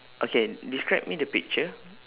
okay describe me the picture